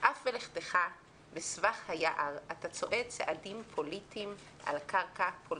אף בלכתך בסבך היער אתה צועד צעדים פוליטיים על קרקע פוליטית.